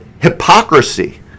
hypocrisy